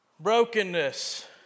Brokenness